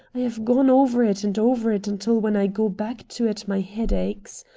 i have gone over it and over it until when i go back to it my head aches.